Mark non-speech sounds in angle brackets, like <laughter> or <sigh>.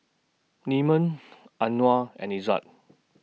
Leman <noise> Anuar and Izzat